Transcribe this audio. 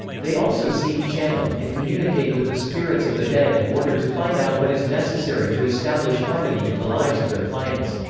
they also see, channel, and communicate with the spirits of the dead in order to find out what is necessary to establish harmony in the lives of their clients.